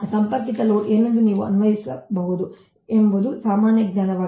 ಸಂಪರ್ಕಿತ ಲೋಡ್ ಏನೆಂದು ನೀವು ಅನ್ವಯಿಸಬಹುದು ಎಂಬುದು ಸಾಮಾನ್ಯ ಜ್ಞಾನವಾಗಿದೆ